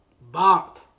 Bop